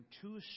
two